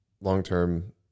long-term